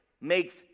makes